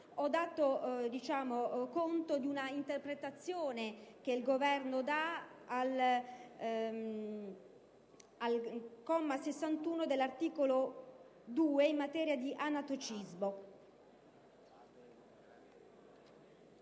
ho dato conto di un'interpretazione del Governo sul comma 61 dell'articolo 2 in materia di anatocismo.